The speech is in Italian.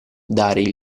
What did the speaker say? dare